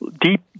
Deep